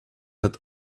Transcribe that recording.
what